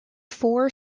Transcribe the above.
four